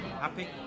Happy